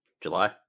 July